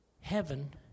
heaven